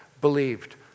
believed